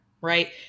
right